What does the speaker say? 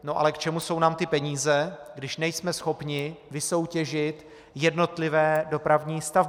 No ale k čemu jsou nám ty peníze, když nejsme schopni vysoutěžit jednotlivé dopravní stavby?